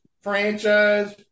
franchise